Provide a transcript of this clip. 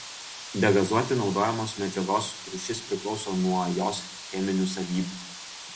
degazuoti naudojamos medžiagos rūšis priklauso nuo jos cheminių savybių